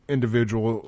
Individual